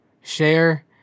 share